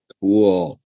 Cool